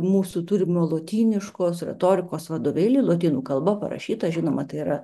mūsų turimo lotyniškos retorikos vadovėlį lotynų kalba parašyta žinoma tai yra